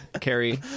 Carrie